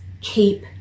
keep